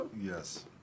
Yes